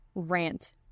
rant